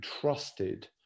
trusted